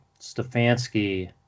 Stefanski